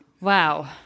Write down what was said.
Wow